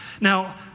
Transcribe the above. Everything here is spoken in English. Now